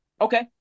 Okay